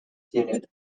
student